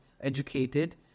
educated